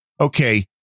okay